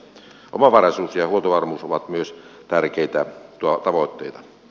omavaraisuus ja huoltovarmuus ovat myös tärkeitä tavoitteita